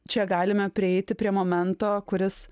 čia galime prieiti prie momento kuris